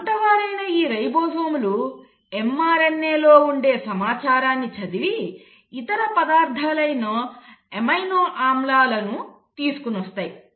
వంట వారైన ఈ రైబోజోమ్లు mRNA లో ఉండే సమాచారాన్ని చదివి ఇతర పదార్థాలైన ఎమైనో ఆమ్లాలను తీసుకొని వస్తాయి